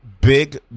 big